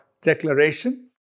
declaration